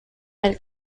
del